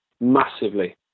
massively